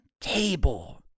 table